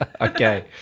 Okay